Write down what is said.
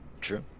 True